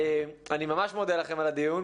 אני ממש מודה לכם על הדיון.